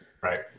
Right